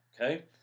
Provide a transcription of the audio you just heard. Okay